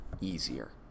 easier